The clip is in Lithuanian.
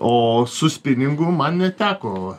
o su spiningu man neteko